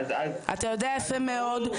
אתה יודע יפה מאוד,